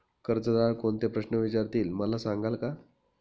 कर्जदार कोणते प्रश्न विचारतील, मला सांगाल का?